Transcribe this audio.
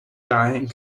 dying